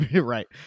Right